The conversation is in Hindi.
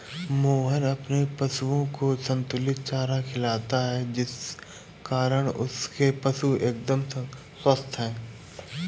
मोहन अपने पशुओं को संतुलित चारा खिलाता है जिस कारण उसके पशु एकदम स्वस्थ हैं